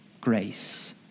grace